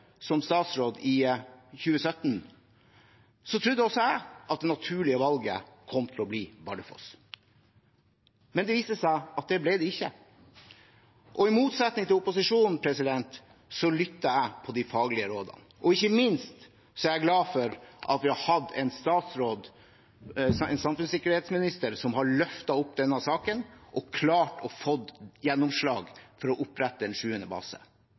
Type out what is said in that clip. som statsråd i 2017, trodde også jeg at det naturlige valget kom til å bli Bardufoss. Men det viste seg at det ble det ikke. I motsetning til opposisjonen lytter jeg til de faglige rådene. Ikke minst er jeg glad for at vi har en samfunnssikkerhetsminister som har løftet fram denne saken og klart å få gjennomslag for å opprette en sjuende base.